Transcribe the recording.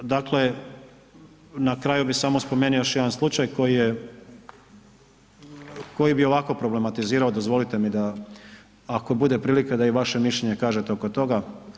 Dakle, na kraju bi samo spomenuo još jedan slučaj koji bi ovako problematizirao, dozvolite mi da ako bude prilika, da i vaše mišljenje kažete oko toga.